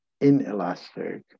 inelastic